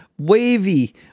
Wavy